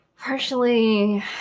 partially